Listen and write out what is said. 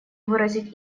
выразить